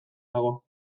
dago